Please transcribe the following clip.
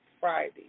Friday